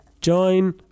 join